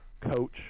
coach